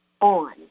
on